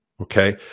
Okay